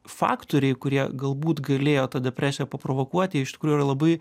faktoriai kurie galbūt galėjo tą depresiją paprovokuoti jie iš tikrųjų yra labai